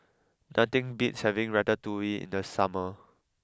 nothing beats having Ratatouille in the summer